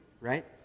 right